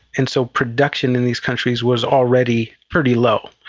and so production in these countries was already pretty low.